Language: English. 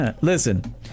Listen